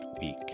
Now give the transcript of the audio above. week